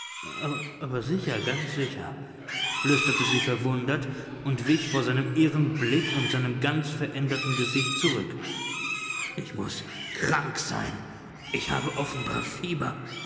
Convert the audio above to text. aber sicher ganz sicher flüsterte sie verwundert und wich vor seinem irren blick und seinem ganz veränderten gesicht zurück ich muß krank sein ich habe offenbar fieber